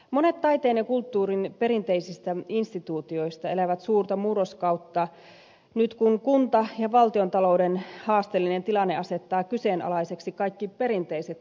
monet taiteen ja kulttuurin perinteisistä instituutioista elävät suurta murroskautta nyt kun kunta ja valtiontalouden haasteellinen tilanne asettaa kyseenalaiseksi kaikki perinteiset toimintatavat